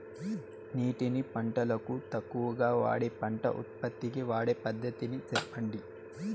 నీటిని పంటలకు తక్కువగా వాడే పంట ఉత్పత్తికి వాడే పద్ధతిని సెప్పండి?